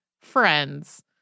Friends